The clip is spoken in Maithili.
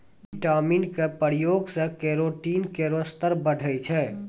विटामिन क प्रयोग सें केरोटीन केरो स्तर बढ़ै छै